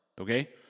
Okay